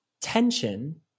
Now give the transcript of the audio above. tension